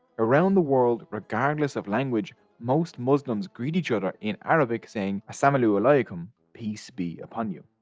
around the world regardless of language most muslims greet each other in arabic, saying as-salamu alaykum, peace be upon you.